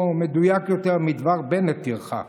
או מדויק יותר: מדבר בנט תרחק.